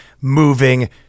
moving